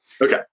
Okay